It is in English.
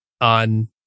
on